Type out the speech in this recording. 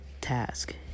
task